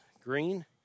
Green